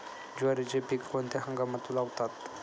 ज्वारीचे पीक कोणत्या हंगामात लावतात?